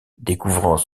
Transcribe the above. découvrant